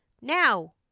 Now